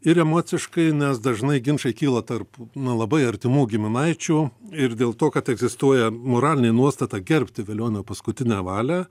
ir emociškai nes dažnai ginčai kyla tarp na labai artimų giminaičių ir dėl to kad egzistuoja moralinė nuostata gerbti velionio paskutinę valią